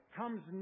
comes